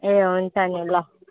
ए हुन्छ नि ल